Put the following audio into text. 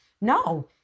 No